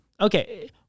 okay